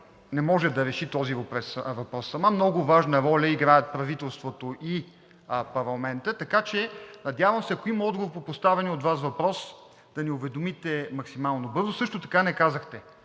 не може да реши този въпрос сама. Много важна роля играят правителството и парламентът, така че, надявам се, ако има отговор по поставения от Вас въпрос, да ни уведомите максимално бързо. Също така не казахте